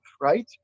right